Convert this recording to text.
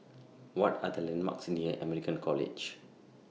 What Are The landmarks near American College